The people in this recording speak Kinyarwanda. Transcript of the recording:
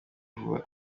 vuba